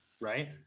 right